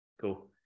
Cool